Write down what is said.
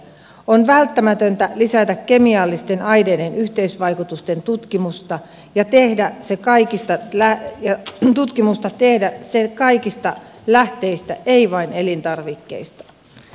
on välttämätöntä lisätä kemiallisten aineiden yhteisvaikutusten tutkimusta ja tehdä se kaikista kylää ja tehdä se kaikista lähteistä ei vain elintarvikkeista